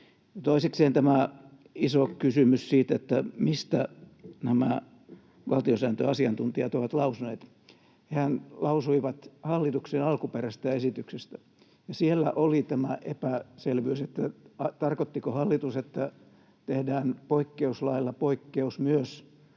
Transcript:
Toisekseen tämä iso kysymys siitä, mistä nämä valtiosääntöasiantuntijat ovat lausuneet: Hehän lausuivat hallituksen alkuperäisestä esityksestä. Siellä oli tämä epäselvyys, tarkoittiko hallitus, että tehdään poikkeuslailla poikkeus myös